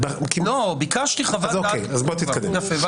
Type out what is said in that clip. ביקשתי חוות דעת של הייעוץ המשפטי.